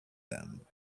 them